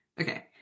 okay